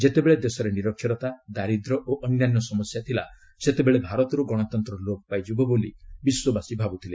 ଯେତେବେଳେ ଦେଶରେ ନିରକ୍ଷରତା ଦାରିଦ୍ର୍ୟ ଓ ଅନ୍ୟାନ୍ୟ ସମସ୍ୟା ଥିଲା ସେତେବେଳେ ଭାରତରୁ ଗଣତନ୍ତ୍ର ଲୋପ ପାଇଯିବ ବୋଲି ବିଶ୍ୱବାସୀ ଭାବୁଥିଲେ